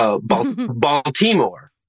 Baltimore